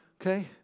Okay